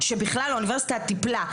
שבכלל האוניברסיטה טיפלה,